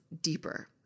deeper